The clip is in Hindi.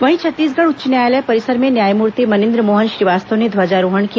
वहीं छत्तीसगढ़ उच्च न्यायालय परिसर में न्यायमूर्ति मनीन्द्र मोहन श्रीवास्तव ने ध्वजारोहण किया